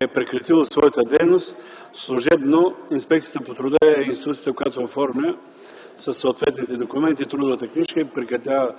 е прекратило своята дейност, служебно Инспекцията по труда е институцията, която оформя със съответните документи трудовата книжка и прекратява